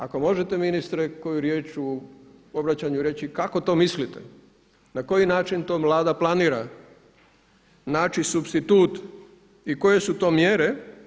Ako možete ministre koju riječ u obraćanju reći kako to mislite, na koji način to Vlada planira supstitut i koje su to mjere.